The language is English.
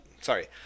Sorry